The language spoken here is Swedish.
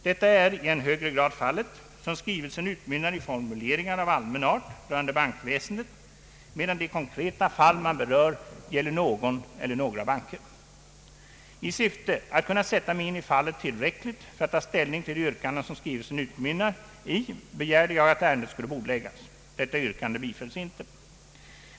Detta är i än högre grad fallet som skrivelsen utmynnar i formuleringar av allmän art rörande bankväsendet, medan de konkreta fall man berör gäller någon eller några banker. I syfte att kunna sätta mig in i fallet tillräckligt för att ta ställning till de yrkanden som skrivelsen utmynnar i begärde jag att ärendet skulle bordläggas. Detta yrkande bifölls inte.